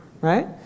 Right